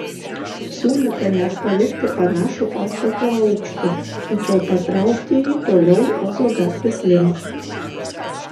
siūlyta net palikti panašų pastato aukštį tačiau patraukti jį toliau ozo gatvės link